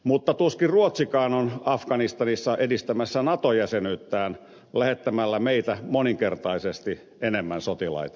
mutta tuskin ruotsikaan on afganistanissa edistämässä nato jäsenyyttään lähettämällä meitä moninkertaisesti enemmän sotilaita sinne